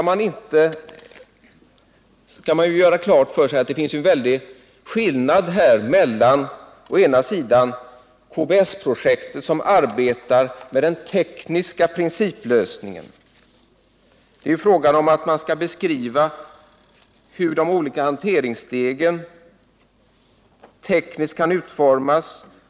Man skall ju göra klart för sig att KBS-projektet arbetar med den tekniska principlösningen. Där handlar det om att beskriva hur de olika hanteringsstegen tekniskt skall utformas.